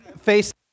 face